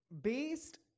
based